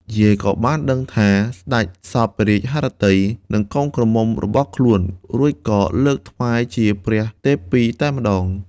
យាយក៏បានដឹងថា សេ្តចសព្វព្រះរាជហឫទ័យនឹងកូនក្រមុំរបស់ខ្លួន រួចក៏លើកថ្វាយជាព្រះទេពីតែម្ដង។